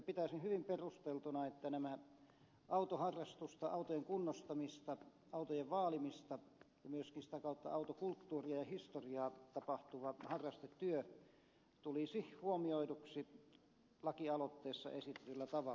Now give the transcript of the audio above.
pitäisin hyvin perusteltuna että tämä autoharrastus autojen kunnostamiseen autojen vaalimiseen ja myöskin sitä kautta autokulttuuriin ja historiaan liittyvä harrastetyö tulisi huomioiduksi lakialoitteessa esitetyllä tavalla